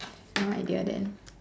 right at the other end